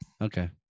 okay